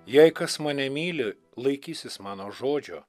jei kas mane myli laikysis mano žodžio